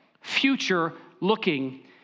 future-looking